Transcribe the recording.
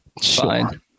Fine